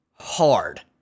hard